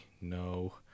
no